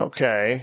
Okay